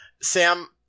Sam